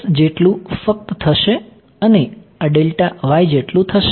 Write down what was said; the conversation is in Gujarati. તેથી તે જેટલું ફક્ત થશે અને આ જેટલું થશે